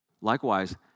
Likewise